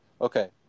Okay